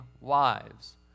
wives